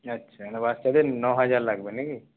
আচ্ছা বাচ্চাদের ন হাজার লাগবে নাকি